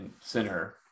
center